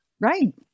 Right